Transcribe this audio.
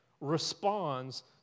responds